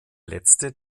letzte